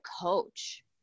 coach